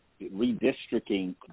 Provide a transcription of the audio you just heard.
redistricting